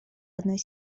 одной